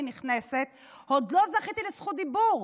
נכנסת אליהן עוד לא זכיתי לזכות דיבור.